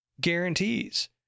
guarantees